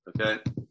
Okay